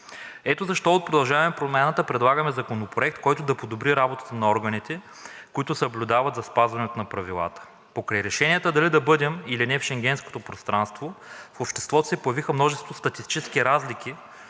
Ето защо от „Продължаваме Промяната“ предлагаме законопроект, който да подобри работата на органите, които съблюдават за спазването на правилата. Покрай решенията дали да бъдем или не в Шенгенското пространство, в обществото се появиха множество статистически разлики